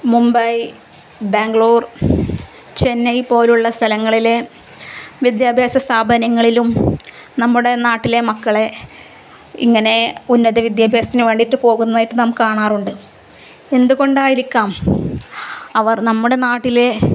മുംബൈ ബാംഗ്ലൂർ ചെന്നൈ പോലുള്ള സ്ഥലങ്ങളിലെ വിദ്യാഭ്യാസ സ്ഥാപനങ്ങളിലും നമ്മുടെ നാട്ടിലെ മക്കളെ ഇങ്ങനെ ഉന്നത വിദ്യാഭ്യാസത്തിന് വേണ്ടിയിട്ട് പോകുന്നതായിട്ട് നമുക്ക് കാണാറുണ്ട് എന്തുകൊണ്ടായിരിക്കാം അവർ നമ്മുടെ നാട്ടിലെ